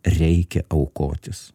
reikia aukotis